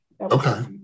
Okay